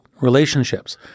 relationships